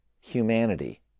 humanity